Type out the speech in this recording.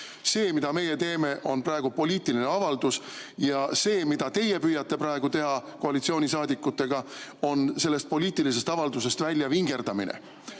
See, mida meie praegu teeme, on poliitiline avaldus ja see, mida teie püüate praegu koalitsioonisaadikutega teha, on sellest poliitilisest avaldusest välja vingerdada.